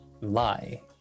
lie